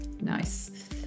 Nice